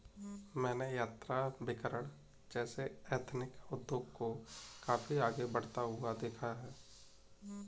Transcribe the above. मैंने यात्राभिकरण जैसे एथनिक उद्योग को काफी आगे बढ़ता हुआ देखा है